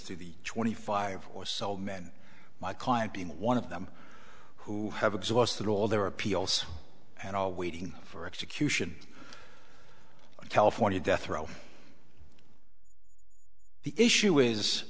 to the twenty five or so men my client being one of them who have exhausted all their appeals and all waiting for execution in california death row the issue is